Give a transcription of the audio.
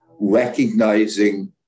recognizing